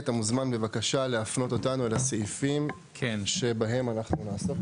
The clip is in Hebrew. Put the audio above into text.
אתה מוזמן בבקשה להפנות אותנו אל הסעיפים שבהם אנחנו נעסוק,